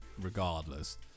regardless